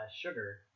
sugar